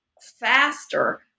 faster